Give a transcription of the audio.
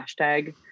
hashtag